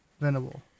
venable